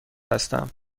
هستم